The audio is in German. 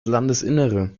landesinnere